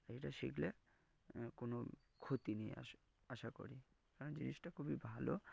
এটা শিখলে কোনো ক্ষতি নেই আস আশা করি কারণ জিনিসটা খুবই ভালো